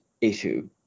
issue